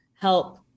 help